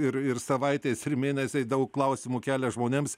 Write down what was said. ir ir savaitės ir mėnesiai daug klausimų kelia žmonėms